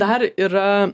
dar yra